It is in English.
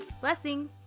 Blessings